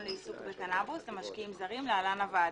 לעיסוק בקנבוס למשקיים זרים ( להלן - הוועדה).